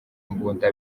imbunda